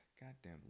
goddamn